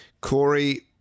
Corey